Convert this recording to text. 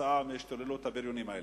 כתוצאה מהשתוללות הבריונים האלה.